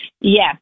Yes